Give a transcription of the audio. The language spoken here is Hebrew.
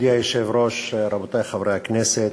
מכובדי היושב-ראש, רבותי חברי הכנסת,